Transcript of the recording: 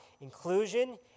Inclusion